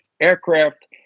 aircraft